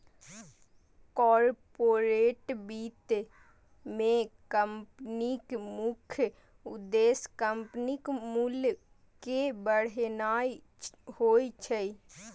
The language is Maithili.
कॉरपोरेट वित्त मे कंपनीक मुख्य उद्देश्य कंपनीक मूल्य कें बढ़ेनाय होइ छै